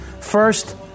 First